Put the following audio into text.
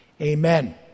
Amen